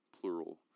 plural